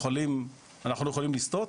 אנחנו יכולים לסטות,